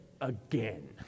again